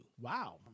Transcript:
Wow